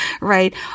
Right